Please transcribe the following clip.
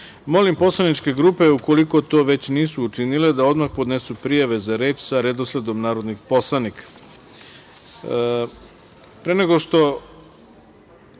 poslaničke grupe, ukoliko to već nisu učinile da odmah podnesu prijave za reč sa redosledom narodnih poslanika. Pre